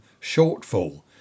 shortfall